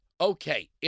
Okay